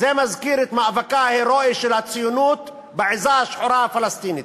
זה מזכיר את מאבקה ההירואי של הציונות בעִזה השחורה הפלסטינית.